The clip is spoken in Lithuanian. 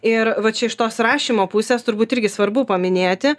ir vat čia iš tos rašymo pusės turbūt irgi svarbu paminėti